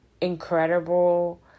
incredible